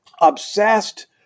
obsessed